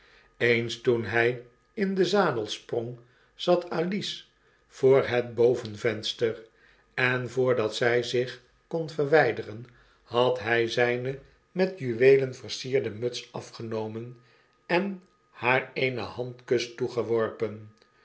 eens toen hy in den zadel sprong zat alice voor het bovenvenster en voordat zg zich kon verwyderen had hy zijne met juweelen versierde muts afgenomen en haar eenen handkus toegeworpen